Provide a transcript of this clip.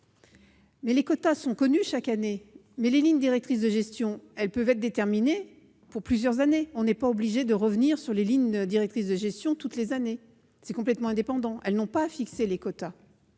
! Les quotas sont connus chaque année, mais les lignes directrices de gestion peuvent être déterminées pour plusieurs années. On n'est pas obligé de revenir sur les lignes directrices de gestion chaque année. Les deux sont complètement indépendants : les lignes n'ont pas à fixer les quotas.